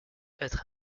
être